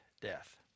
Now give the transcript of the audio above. death